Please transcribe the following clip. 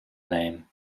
name